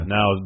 Now